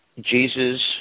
Jesus